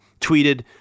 tweeted